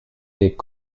est